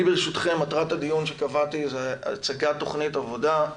ברשותכם, מטרת הדיון שקבעתי זה הצגת תוכנית עבודה,